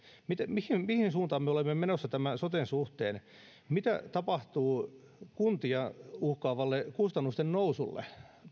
mihin suuntaan me olemme menossa tämän soten suhteen mitä tapahtuu kuntia uhkaavalle kustannusten nousulle